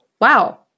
wow